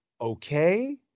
okay